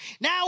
Now